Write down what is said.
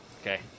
okay